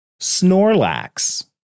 snorlax